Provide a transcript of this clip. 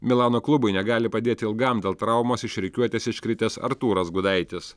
milano klubui negali padėti ilgam dėl traumos iš rikiuotės iškritęs artūras gudaitis